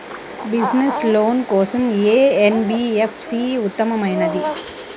Business loan కోసం ఏ NBFC ఉత్తమమైనది?